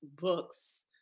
books